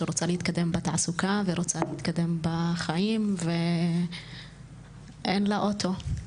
רוצה להתקדם בתעסוקה ורוצה להתקדם בחיים ואין לה אוטו.